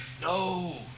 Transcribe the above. no